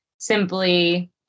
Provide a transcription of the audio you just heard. simply